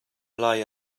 lai